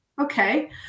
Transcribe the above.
okay